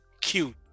cute